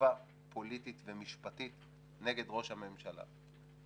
רדיפה פוליטית ומשפטית נגד ראש הממשלה.